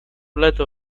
leto